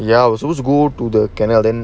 ya we're supposed to go to the canal then